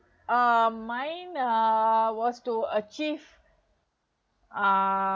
uh mine uh was to achieve uh